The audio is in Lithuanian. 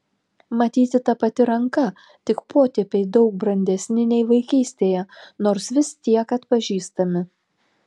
matyti ta pati ranka tik potėpiai daug brandesni nei vaikystėje nors vis tiek atpažįstami